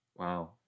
Wow